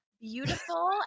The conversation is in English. beautiful